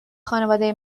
خانواده